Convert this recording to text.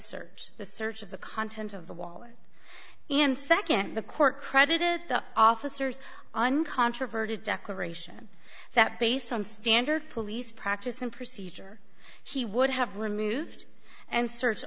search the search of the contents of the wallet and nd the court credited the officers uncontroverted declaration that based on standard police practice and procedure he would have removed and search